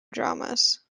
dramas